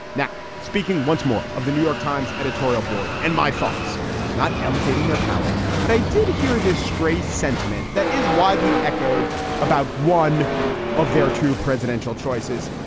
now, speaking once more of the new york times editorial board and my thoughts not elevating their power, but i did hear this stray sentiment that is widely echoed about one of their two presidential choices.